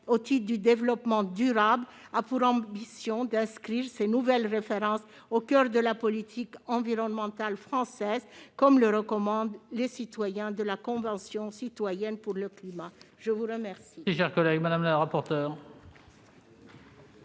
au titre du développement durable a pour ambition d'inscrire ces nouvelles références au coeur de la politique environnementale française, comme le recommandent les membres de la Convention citoyenne pour le climat. Quel